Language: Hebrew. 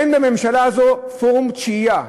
אין בממשלה זאת פורום תשיעייה.